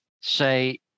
say